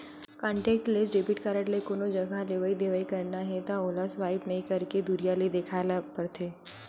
contactless debit card ले कोनो जघा लेवइ देवइ करना हे त ओला स्पाइप नइ करके दुरिहा ले देखाए ल परथे